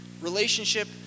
relationship